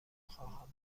خواهم